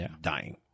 dying